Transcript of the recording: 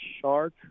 Shark